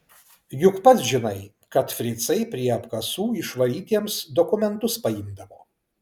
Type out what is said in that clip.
juk pats žinai kad fricai prie apkasų išvarytiems dokumentus paimdavo